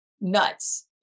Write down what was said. nuts-